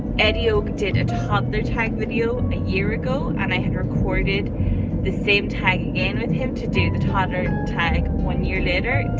eddie og did a toddler tag video a year ago and i had recorded the same tag again with him to do the toddler tag one year late,